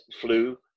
flu